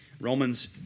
Romans